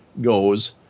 goes